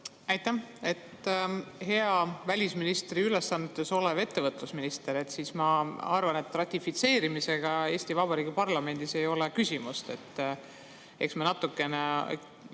Aitäh! Hea välisministri ülesannetes olev ettevõtlusminister! Ma arvan, et ratifitseerimisega Eesti Vabariigi parlamendis ei ole küsimust. Eks me natukene